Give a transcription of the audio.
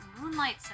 Moonlight